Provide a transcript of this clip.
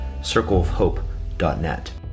circleofhope.net